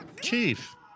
Chief